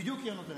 תודה.